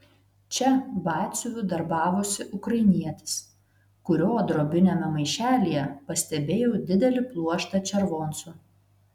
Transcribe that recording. čia batsiuviu darbavosi ukrainietis kurio drobiniame maišelyje pastebėjau didelį pluoštą červoncų